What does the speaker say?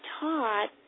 taught